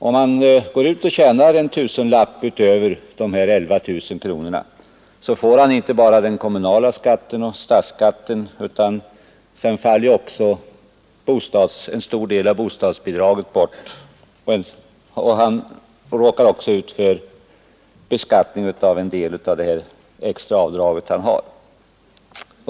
Tjänar han en tusenlapp utöver de 11000 kronorna får han inte bara betala den kommunala skatten och statsskatten, utan en stor del av bostadsbidraget faller också bort. Dessutom beskattas en del av det extra avdraget.